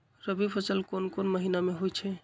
रबी फसल कोंन कोंन महिना में होइ छइ?